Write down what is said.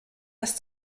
das